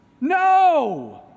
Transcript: No